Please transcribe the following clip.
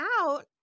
out